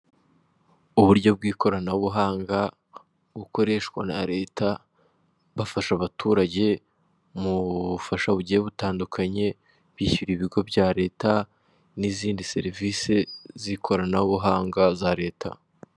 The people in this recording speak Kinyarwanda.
Uburyo By'ikoranabuhanga bukoreshwa na leta bafasha abaturage mu bufasha bugiye butandukanye bishyura ibigo bya leta n'izindi serivise z'ikoranabuhanga za leta.